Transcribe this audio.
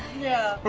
yeah.